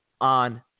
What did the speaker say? on